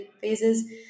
phases